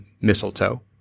Mistletoe